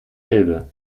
elbe